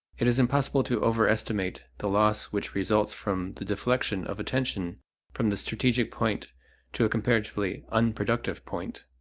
it is impossible to overestimate the loss which results from the deflection of attention from the strategic point to a comparatively unproductive point.